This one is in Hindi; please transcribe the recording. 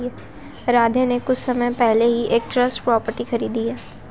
राधे ने कुछ समय पहले ही एक ट्रस्ट प्रॉपर्टी खरीदी है